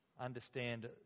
understand